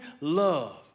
love